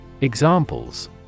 Examples